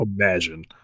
Imagine